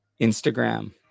Instagram